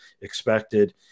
expected